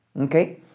okay